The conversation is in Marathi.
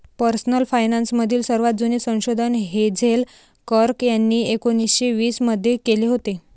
पर्सनल फायनान्स मधील सर्वात जुने संशोधन हेझेल कर्क यांनी एकोन्निस्से वीस मध्ये केले होते